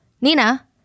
Nina